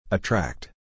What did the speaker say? Attract